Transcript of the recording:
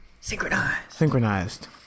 Synchronized